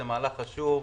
זה מהלך חשוב.